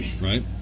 Right